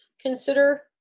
consider